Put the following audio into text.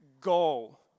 goal